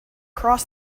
cross